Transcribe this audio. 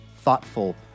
thoughtful